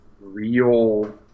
real